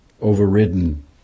overridden